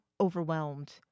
overwhelmed